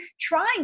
trying